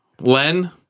Len